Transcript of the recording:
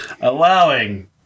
allowing